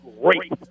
Great